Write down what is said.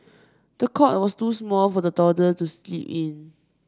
the cot was too small for the toddler to sleep in